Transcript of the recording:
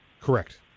Correct